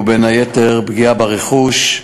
ובין היתר פגיעה ברכוש,